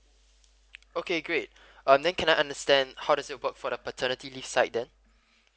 okay great uh then can I understand how does it work for the paternity leave side then